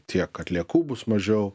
tiek atliekų bus mažiau